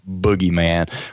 boogeyman